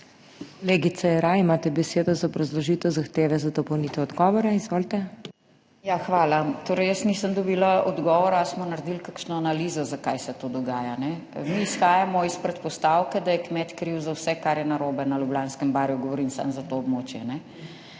Jeraj, imate besedo za obrazložitev zahteve za dopolnitev odgovora. Izvolite. **ALENKA JERAJ (PS SDS).** Hvala. Jaz nisem dobila odgovora, ali smo naredili kakšno analizo, zakaj se to dogaja. Mi izhajamo iz predpostavke, da je kmet kriv za vse, kar je narobe na Ljubljanskem barju. Govorim samo za to območje.